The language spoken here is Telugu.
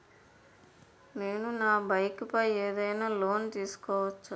నేను నా బైక్ పై ఏదైనా లోన్ తీసుకోవచ్చా?